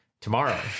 tomorrow